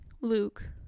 Luke